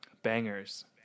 Bangers